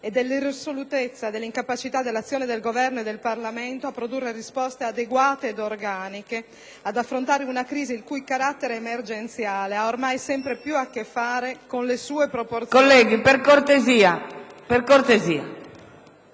e dell'irresolutezza e dell'incapacità dell'azione del Governo e del Parlamento a produrre risposte adeguate ed organiche per affrontare una crisi, il cui carattere emergenziale ha ormai sempre più a che fare con le sue proporzioni,